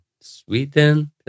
Sweden